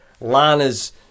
Lana's